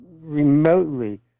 remotely